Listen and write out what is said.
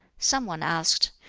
some one asked,